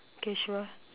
okay sure